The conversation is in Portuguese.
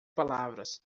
palavras